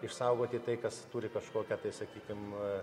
išsaugoti tai kas turi kažkokią tai sakykim